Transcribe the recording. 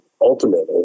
ultimately